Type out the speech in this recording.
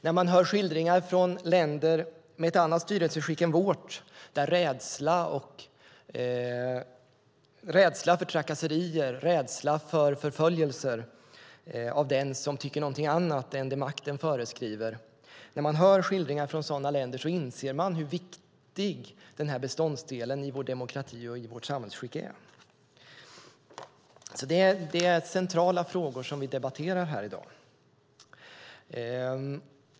När man hör skildringar från länder med ett annat styrelseskick än vårt, där det är rädsla för trakasserier och rädsla för förföljelse av den som tycker någonting annat än det makten föreskriver, inser man hur viktig den här beståndsdelen i vår demokrati och i vårt samhällsskick är. Det är centrala frågor som vi debatterar här i dag.